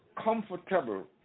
comfortable